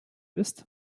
bist